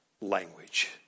language